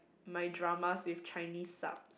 my drama with Chinese sub